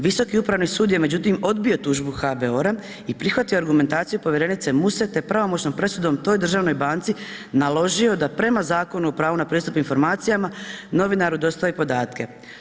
Visoki upravni sud je međutim odbio tužbu HBOR-a i prihvatio argumentaciju povjerenice Muse te pravomoćnom presudom toj državnoj banci naložio da prema Zakonu o pravu na pristup informacijama novinaru dostavi podatke.